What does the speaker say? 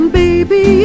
baby